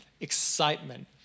excitement